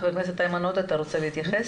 חבר הכנסת איימן עודה, אתה רוצה להתייחס?